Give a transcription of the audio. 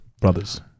Brothers